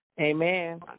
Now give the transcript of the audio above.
Amen